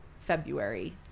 February